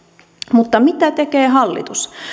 mutta mitä tekee hallitus